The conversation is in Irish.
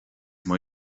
mar